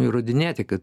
įrodinėti kad